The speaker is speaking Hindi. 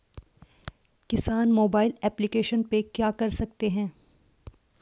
किसान मोबाइल एप्लिकेशन पे क्या क्या कर सकते हैं?